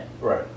right